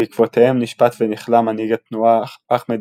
בעקבותיהם נשפט ונכלא מנהיג התנועה אחמד